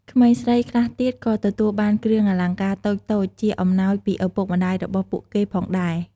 ក្មេងស្រីខ្លះទៀតក៏ទទួលបានគ្រឿងអលង្ការតូចៗជាអំណោយពីឱពុកម្ដាយរបស់ពួកគេផងដែរ។